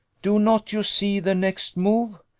do not you see the next move?